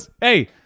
Hey